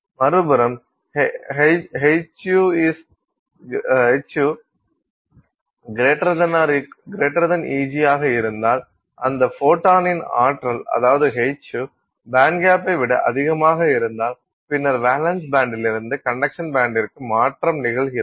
மறுபுறம் hυEg ஆக இருந்தால் அந்த ஃபோட்டானின் ஆற்றல் அதாவது hυ பேண்ட்கேப்பை விட அதிகமாக இருந்தால் பின்னர் வேலன்ஸ் பேண்டிலிருந்து கண்டக்ஷன் பேண்டிற்கு மாற்றம் நிகழ்கிறது